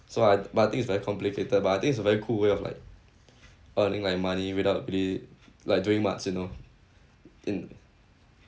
so I but I think it's very complicated but I think it's a very cool way of like earning like money without really like doing much you know in